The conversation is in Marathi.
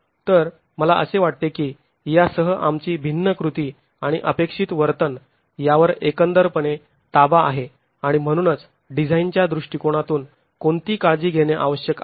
तर मला असे वाटते की यासह आमची भिन्न कृती आणि अपेक्षित वर्तन यावर एकंदर पणे ताबा आहे आणि म्हणूनच डिझाईनच्या दृष्टिकोनातून कोणती काळजी घेणे आवश्यक आहे